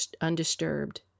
undisturbed